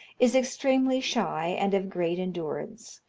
is extremely shy, and of great endurance,